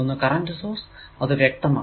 ഒന്ന് current source അത് വ്യക്തമാണ്